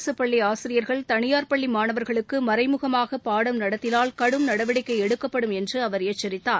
அரசு பள்ளி ஆசிரியர்கள் தனியார் பள்ளி மாணவர்களுக்கு மறைமுகமாக பாடம் நடத்தினால் கடும் நடவடிக்கை எடுக்கப்படும் என்று அவர் எச்சரித்தார்